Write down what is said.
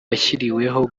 yashyiriweho